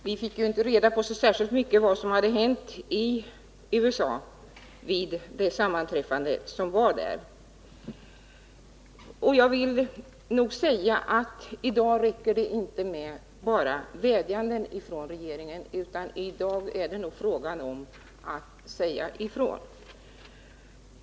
Fru talman! Vi fick inte reda på särskilt mycket om vad som hade hänt vid sammanträffandet i USA. I dag räcker det inte med bara vädjanden från regeringen. utan i dag är det nog fråga om att säga ifrån.